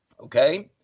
Okay